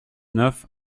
neuf